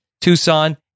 Tucson